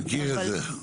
מכיר את זה.